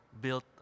built